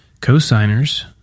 Co-signers